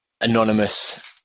anonymous